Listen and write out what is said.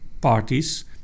parties